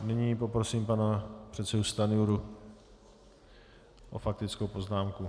Nyní poprosím pana předsedu Stanjuru o faktickou poznámku.